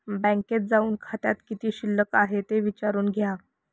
बँकेत जाऊन खात्यात किती शिल्लक आहे ते विचारून घ्या